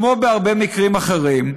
כמו בהרבה מקרים אחרים,